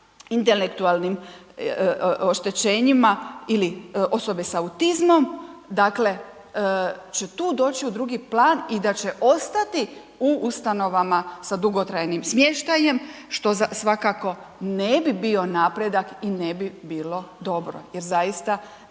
intelektualnim oštećenjima ili osobe s autizmom, dakle, će tu doći u drugi plan i da će ostati u ustanovama sa dugotrajnim smještajem što svakako ne bi bio napredak i ne bi bilo dobro. Jer zaista